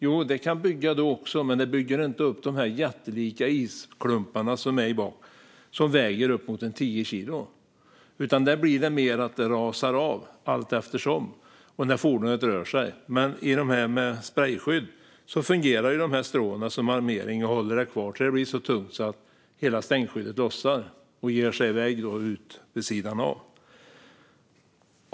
Jo, det kan byggas upp klumpar då med, men det blir inte de här jättelika isklumparna som väger uppemot tio kilo, utan det som samlas rasar av allteftersom när fordonet rör sig. Men på fordon med sprejskydd fungerar stråna som armering och håller slasket kvar tills det blir så tungt att hela stänkskyddet lossnar och ger sig iväg vid sidan av.